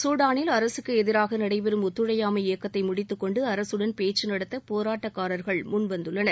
சூடானில் அரசுக்கு எதிராக நடைபெறும் ஒத்துழையாமை இயக்கத்தை முடித்துக் கொண்டு அரசுடன் பேச்சு நடத்த போராட்டக்கார்கள் முன்வந்துள்ளனர்